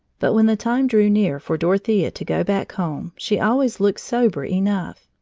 but when the time drew near for dorothea to go back home, she always looked sober enough.